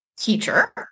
teacher